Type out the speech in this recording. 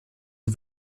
und